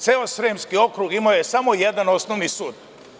Ceo Sremski okrug je imao samo jedan osnovni sud.